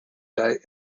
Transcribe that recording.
day